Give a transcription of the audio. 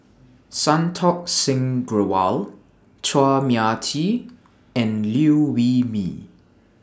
Santokh Singh Grewal Chua Mia Tee and Liew Wee Mee